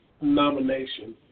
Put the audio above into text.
nomination